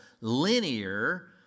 linear